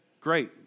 great